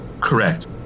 Correct